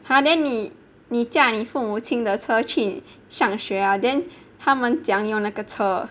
!huh! then 你你驾你父母亲的车去上学 ah then 他们怎样用那个车